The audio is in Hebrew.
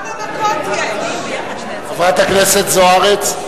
היא צודקת, הם משגעים את הציבור בארץ.